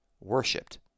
worshipped